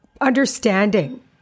understanding